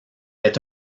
est